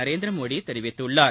நரேந்திரமோடி தெரிவித்துள்ளார்